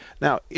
Now